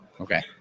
Okay